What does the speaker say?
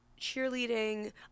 cheerleading